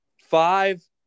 five